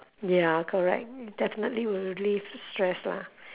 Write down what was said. ya correct definitely will relieve stress lah